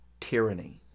tyranny